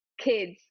kids